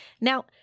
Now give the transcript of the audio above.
Now